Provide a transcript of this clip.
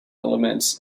element